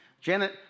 Janet